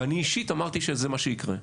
ואני אישית אמרתי שזה מה שיקרה.